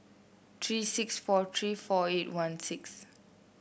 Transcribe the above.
three six four three four eight one six